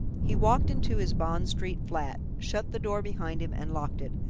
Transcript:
he walked into his bond street flat, shut the door behind him and locked it,